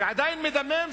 שעדיין מדמם,